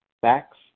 facts